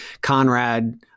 Conrad